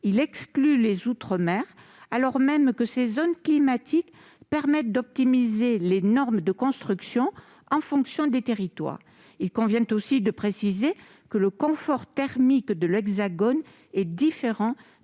Il exclut les outre-mer, alors même que ces zones climatiques permettent d'optimiser les normes de construction en fonction des territoires. De même, il convient de préciser que le confort thermique de l'Hexagone est différent